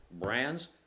brands